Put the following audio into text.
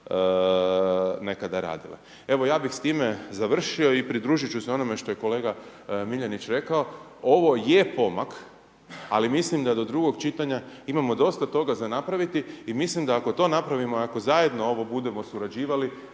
nekada radile. Evo ja bih s time završio i pridružiti ću se onome što je kolega Miljenić rekao, ovo je pomak ali mislim da do drugog čitanja imamo dosta toga napraviti. I mislim da ako to napravimo i ako zajedno ovo budemo surađivali,